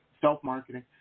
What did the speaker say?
self-marketing